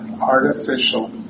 artificial